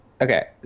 Okay